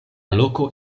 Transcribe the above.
loko